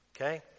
okay